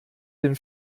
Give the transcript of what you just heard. den